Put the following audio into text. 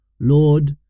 lord